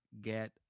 get